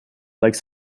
like